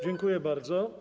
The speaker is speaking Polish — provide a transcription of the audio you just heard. Dziękuję bardzo.